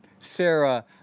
Sarah